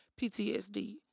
PTSD